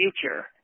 future